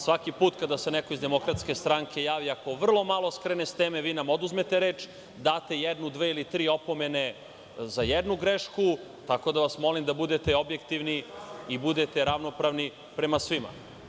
Svaki put kada se neko iz Demokratske stranke javi, ako vrlo malo skrene s teme, vi nam oduzmete reč, date jednu, dve ili tri opomene za jednu grešku, tako da vas molim da budete objektivni i budete ravnopravni prema svima.